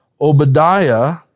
Obadiah